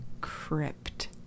Crypt